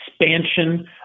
expansion